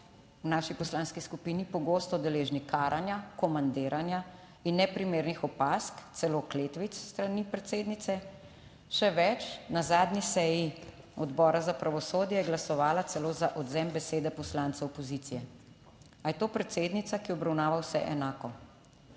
v naši poslanski skupini pogosto deležni karanja, komandiranja in neprimernih opazk, celo kletvic s strani predsednice. Še več, na zadnji seji Odbora za pravosodje je glasovala celo za odvzem besede poslancu opozicije. Ali je to predsednica, ki obravnava vse enako?